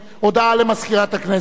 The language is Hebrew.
הודעה למזכירת הכנסת.